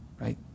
right